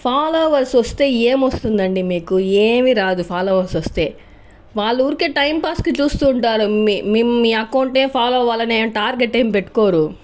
followers వస్తే ఏం వస్తుందండి మీకు ఏమీ రాదు ఫాలోవర్స్ వస్తే వాళ్ళు ఊరికే టైమ్ పాస్కి చూస్తూ ఉంటారు మీ అకౌంట్నే ఫాలో అవ్వాలి అని ఏం టార్గెట్ ఏం పెట్టుకోరు